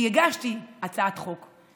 כי הגשתי הצעת חוק,